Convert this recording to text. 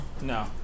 No